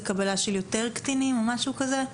לקבלה של יותר קטינים או משהו כזה?